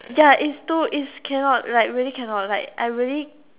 ya it's too it's cannot like really cannot like I really